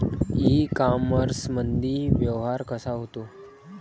इ कामर्समंदी व्यवहार कसा होते?